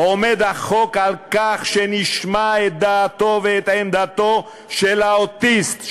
עומד החוק על כך שנשמע את הדעה ואת העמדה של האוטיסט,